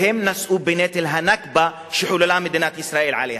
והם נשאו בנטל הנכבה שחוללה מדינת ישראל עליהם.